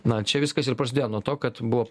na čia viskas ir prasidėjo nuo to kad buvo